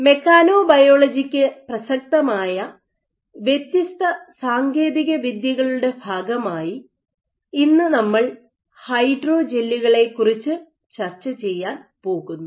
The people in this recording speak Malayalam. മെക്കാനൊബയോളജിക്ക് പ്രസക്തമായ വ്യത്യസ്ത സാങ്കേതിക വിദ്യകളുടെ ഭാഗമായി ഇന്ന് നമ്മൾ ഹൈഡ്രോജെല്ലുകളെക്കുറിച്ച് ചർച്ചചെയ്യാൻ പോകുന്നു